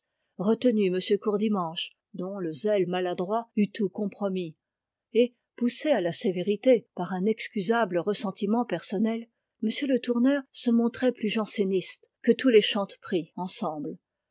retenu m courdimanche dont le zèle maladroit eût tout compromis et poussé à la sévérité par un excusable ressentiment personnel m le tourneur se montrait plus janséniste que tous les chanteprie ensemble